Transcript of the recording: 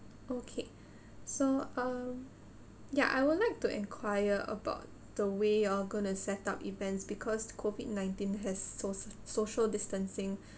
okay so uh ya I would like to enquire about the way you're gonna set up events because COVID nineteen has soc~ social distancing